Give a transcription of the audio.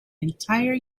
entire